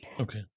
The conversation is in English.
Okay